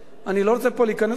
אני לא רוצה פה להיכנס לאנשים,